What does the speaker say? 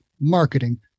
marketing